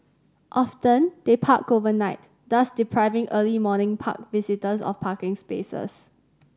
often they park overnight thus depriving early morning park visitors of parking spaces